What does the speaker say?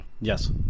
Yes